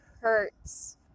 hurts